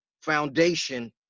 foundation